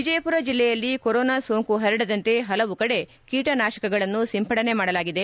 ವಿಜಯಪುರ ಜಿಲ್ಲೆಯಲ್ಲಿ ಕೊರೊನಾ ಸೋಂಕು ಪರಡದಂತೆ ಪಲವು ಕಡೆ ಕೀಟ ನಾಶಕಗಳನ್ನು ಸಿಂಪಡಣೆ ಮಾಡಲಾಗಿದೆ